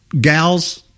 gals